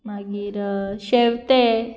मागीर शेंवतें